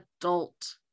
adult